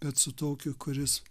bet su tokiu kuris